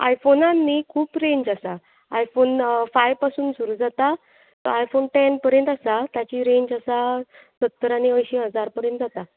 आयफोनान न्ही खूप रेंज आसा आयफोन फाय पासून सुरू जाता फायसून टॅन पर्यंत आसा ताची रेंज आसा सत्तर आनी अंयशीं हजार पर्यंत जाता